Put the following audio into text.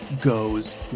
goes